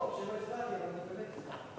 לא הצבעתי, אבל אני באמת אשמח.